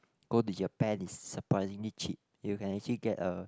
go to Japan it's surprisingly cheap you can actually get a